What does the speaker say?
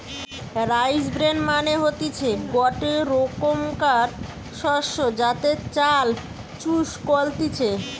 rice bran মানে হতিছে গটে রোকমকার শস্য যাতে চাল চুষ কলতিছে